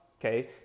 Okay